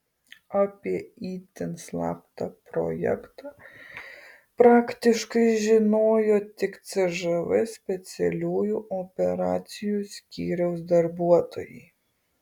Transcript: apie itin slaptą projektą praktiškai žinojo tik cžv specialiųjų operacijų skyriaus darbuotojai